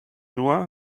nur